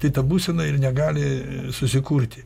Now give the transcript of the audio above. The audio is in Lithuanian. tai ta būsena ir negali susikurti